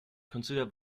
consider